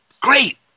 Great